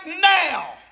now